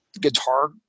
guitar